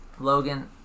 Logan